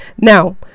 now